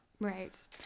Right